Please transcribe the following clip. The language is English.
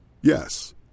Yes